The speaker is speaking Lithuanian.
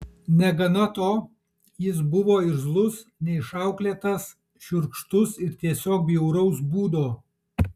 negana to jis buvo irzlus neišauklėtas šiurkštus ir tiesiog bjauraus būdo